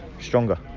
stronger